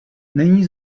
není